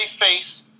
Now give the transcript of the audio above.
face